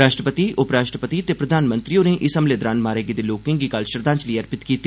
राष्ट्रपति उपराष्ट्रपति ते प्रधानमंत्री होरें इस हमले दौरान मारे गेदे लोकें गी कल श्रद्धांजलि अर्पित कीती